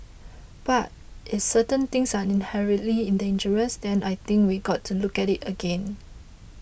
but if certain things are inherently in dangerous then I think we got to look at it again